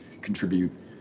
contribute